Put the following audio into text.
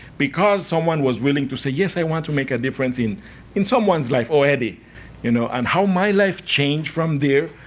because someone was willing to say yes, i want to make a difference in in someone's life oh, eddy you know and how my life changed from there,